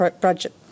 budget